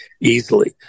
easily